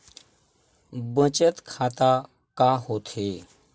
बचत खाता का होथे?